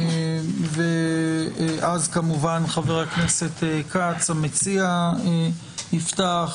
ואז כמובן חה"כ בץ המציע יפתח,